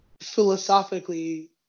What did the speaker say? philosophically